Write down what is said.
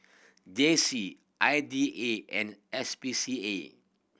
J C I D A and S P C A